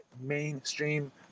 mainstream